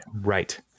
Right